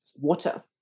water